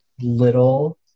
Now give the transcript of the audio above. little